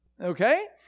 Okay